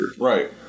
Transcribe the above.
Right